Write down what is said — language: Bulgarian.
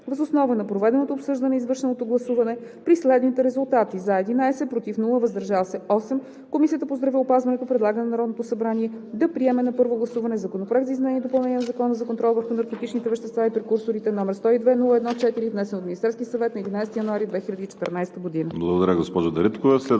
Въз основа на проведеното обсъждане и извършеното гласуване при следните резултати 11 гласа „за“, без „против“, 8 гласа „въздържал се“ Комисията по здравеопазването предлага на Народното събрание да приеме на първо гласуване Законопроект за изменение и допълнение на Закона за контрол върху наркотичните вещества и прекурсорите, № 102-01-4, внесен от Министерския съвет на 11 януари 2021 г.“